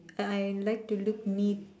I like to look neat